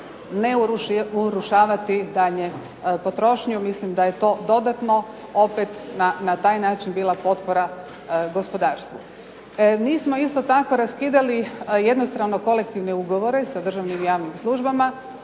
ne urušavati daljnju potrošnju. Mislim da je to dodatno opet na taj način bila potpora gospodarstvu. Nismo isto tako raskidali jednostrano kolektivne ugovore sa državnim i javnim službama,